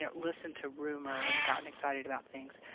yeah listened to rumor and gotten excited about things.